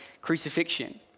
crucifixion